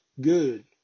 good